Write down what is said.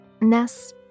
Ness